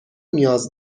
نیاز